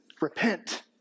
repent